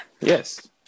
Yes